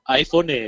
iPhone